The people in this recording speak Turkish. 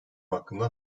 hakkında